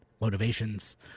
motivations